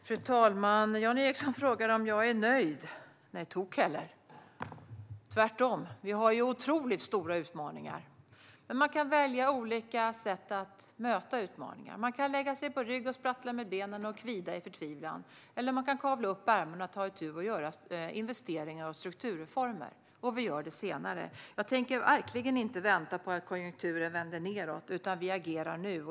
Fru talman! Jan Ericson frågar om jag är nöjd. Tok heller, tvärtom! Vi har otroligt stora utmaningar. Man kan dock välja olika sätt att möta utmaningar. Man kan lägga sig på rygg och sprattla med benen och kvida i förtvivlan. Eller så kavlar man upp ärmarna och gör investeringar och strukturreformer. Vi gör det senare. Jag tänker verkligen inte vänta på att konjunkturen vänder nedåt, utan vi agerar nu.